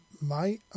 My